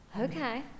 Okay